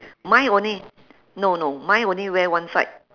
mine only no no mine only wear one side